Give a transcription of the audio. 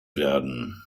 werden